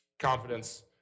Confidence